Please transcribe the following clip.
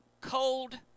Cold